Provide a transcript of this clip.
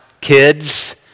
kids